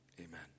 Amen